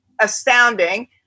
astounding